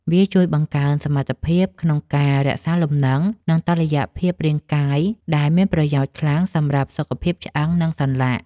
វាជួយបង្កើនសមត្ថភាពក្នុងការរក្សាលំនឹង និងតុល្យភាពរាងកាយ ដែលមានប្រយោជន៍ខ្លាំងសម្រាប់សុខភាពឆ្អឹង និងសន្លាក់។